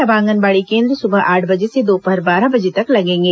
अब आंगनबाड़ी केन्द्र सुबह आठ बर्ज से दोपहर बारह बजे तक लगेंगे